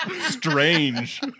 Strange